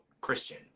christian